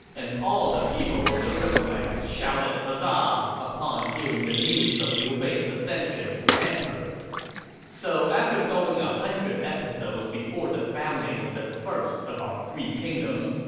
and all the people of the riverlands shouted huzzah upon hearing the news of liu bei's ascension to emperor so after going one ah hundred episodes before the founding of the first of our three kingdoms,